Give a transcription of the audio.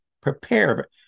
Prepare